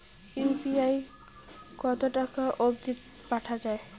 UPI কতো টাকা অব্দি পাঠা যায়?